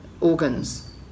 organs